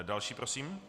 Další prosím.